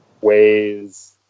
ways